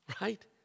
right